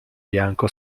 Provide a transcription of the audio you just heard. bianco